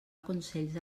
consells